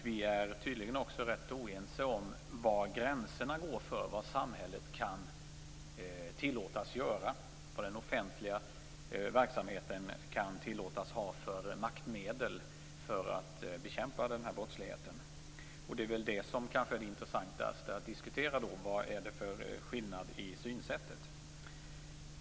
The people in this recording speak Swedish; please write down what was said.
Vi är tydligen också rätt oense om var gränserna går för vad samhället kan tillåtas göra, vad den offentliga verksamheten kan tillåtas ha för maktmedel för att bekämpa den här brottsligheten. Det intressantaste att diskutera är väl därför vilka skillnaderna är i synsätt.